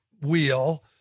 wheel